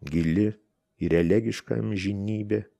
gili ir elegiška amžinybė